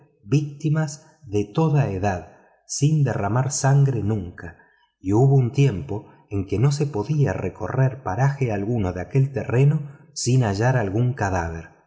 víctimas de toda edad sin derramar nunca sangre y hubo un tiempo en que no se podía recorrer paraje alguno de aquel terreno sin hallar algún cadáver